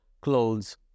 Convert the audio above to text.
clothes